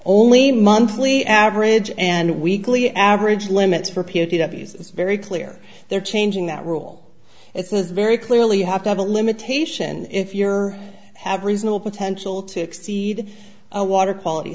only monthly average and weekly average limits for period of use it's very clear they're changing that rule it's very clearly you have to have a limitation if you're have reasonable potential to exceed a water quality